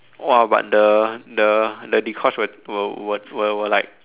!wah! but the the the Dee-Kosh will will will will like